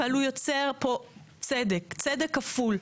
אבל הוא יוצר פה צדק צדק כפול,